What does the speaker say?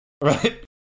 Right